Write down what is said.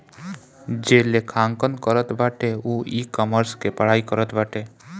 जे लेखांकन करत बाटे उ इकामर्स से पढ़ाई करत बाटे